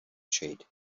shade